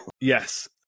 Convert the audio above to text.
Yes